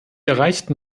erreichten